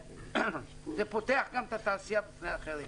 זה פתוח גם את התעשייה בפני אחרים.